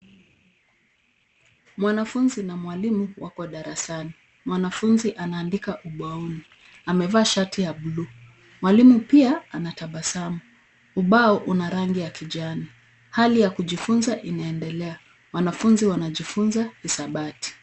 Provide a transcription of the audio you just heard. Mwanafunzi na mwalimu wako darasani. Mwanafunzi anaandika ubaoni. Amevaa shati ya buluu. Mwalimu pia anatabasamu. Ubao una rangi ya kijani. Hali ya kujifunza inaendelea. Wanafunzi wanajifunza hisabati.